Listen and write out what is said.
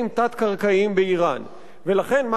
ולכן מהי המטרה של מתקפה ישראלית?